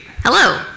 Hello